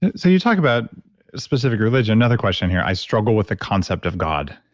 so you talk about specific religion, another question here, i struggle with the concept of god.